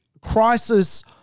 crisis